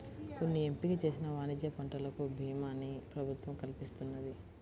కొన్ని ఎంపిక చేసిన వాణిజ్య పంటలకు భీమాని ప్రభుత్వం కల్పిస్తున్నది